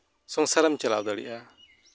ᱥᱚᱝᱥᱟᱨᱮᱢ ᱪᱟᱞᱟᱣ ᱫᱟᱲᱮᱭᱟᱜᱼᱟ